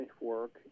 work